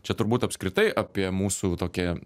čia turbūt apskritai apie mūsų tokią